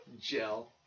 Gel